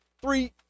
Three